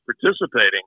participating